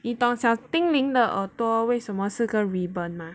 你懂小叮铃的耳朵为什么是个 ribbon mah